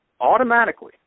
automatically